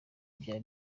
byaba